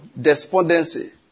despondency